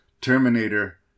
Terminator